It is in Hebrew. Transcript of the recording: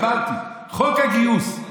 אמרתי, חוק הגיוס,